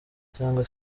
cyangwa